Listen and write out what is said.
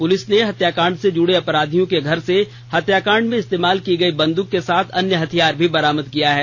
police ने हत्याकांड से जुड़े अपराधियों के घर से हत्याकांड में इस्तेमाल की गई बंद्रक के साथ अन्य हथियार भी बरामद किया है